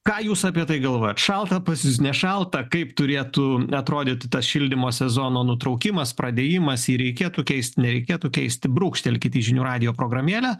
ką jūs apie tai galvojat šalta pas jus nešalta kaip turėtų atrodyti tas šildymo sezono nutraukimas pradėjimas jį reikėtų keisti nereikėtų keisti brūkštelkit į žinių radijo programėlę